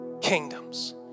kingdoms